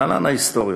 להלן קצת היסטוריה: